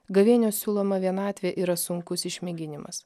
gavėnios siūlomą vienatvė yra sunkus išmėginimas